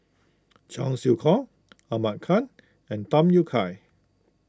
Cheong Siew Keong Ahmad Khan and Tham Yui Kai